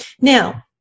Now